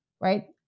right